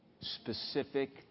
Specific